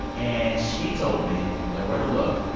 and she told me, if you know where to look,